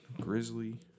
Grizzly